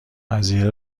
قضیه